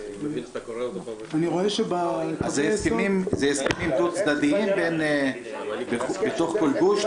זה הסכמים דו-צדדיים בתוך כל גוש?